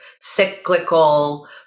cyclical